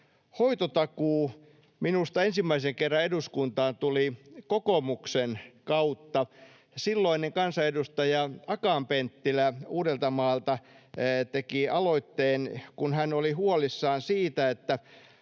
hoitotakuu tuli ensimmäisen kerran eduskuntaan kokoomuksen kautta. Silloinen kansanedustaja Akaan-Penttilä Uudeltamaalta teki aloitteen, kun hän oli huolissaan siitä, että